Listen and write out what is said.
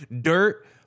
dirt